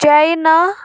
China